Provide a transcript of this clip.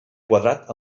quadrat